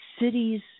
cities